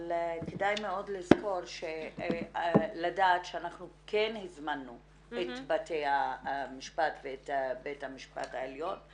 אבל כדאי מאוד לדעת שאנחנו כן הזמנו את בתי המשפט ואת בית המשפט העליון.